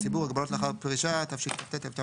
הציבור (הגבלות לאחר פרישה), התשכ"ט-1969,